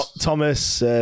Thomas